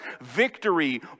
Victory